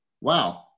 wow